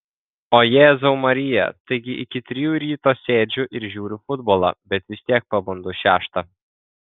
o jėzau marija taigi iki trijų ryto sėdžiu ir žiūriu futbolą bet vis tiek pabundu šeštą